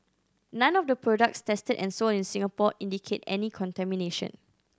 none of the products tested and sold in Singapore indicate any contamination